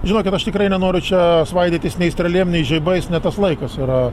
žinokit aš tikrai nenoriu čia svaidytis nei strėlėm nei žaibais ne tas laikas yra